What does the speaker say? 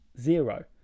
zero